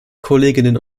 kolleginnen